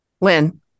Lynn